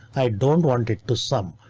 i don't want it to some.